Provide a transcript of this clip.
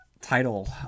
title